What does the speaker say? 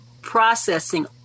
processing